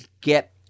get